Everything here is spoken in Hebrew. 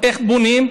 איך בונים?